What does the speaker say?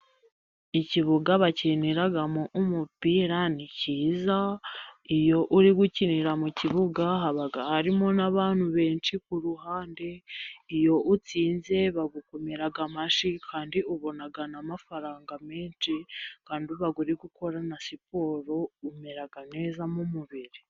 Ikibuga bakiniramo umupira ni cyiza, iyo uri gukinira mu kibuga haba harimo n'abantu benshi ku ruhande, iyo utsinze bagukomera amashyi kandi ubona n'amafaranga menshi kandi uba uri gukora na siporo, umera neza mu mubiri.